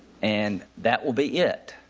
and that will be it.